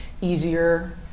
easier